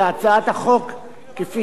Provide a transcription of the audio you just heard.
כפי שהיא מופיעה פה.